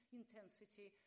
intensity